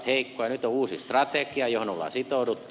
nyt on uusi strategia johon on sitouduttu